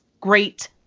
great